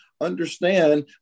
understand